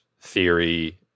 theory